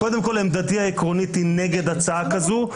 עמדתי העקרונית היא נגד הצעה כזו.